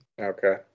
Okay